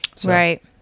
Right